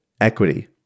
equity